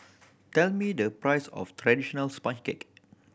tell me the price of traditional sponge cake